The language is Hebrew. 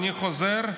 אני חוזר,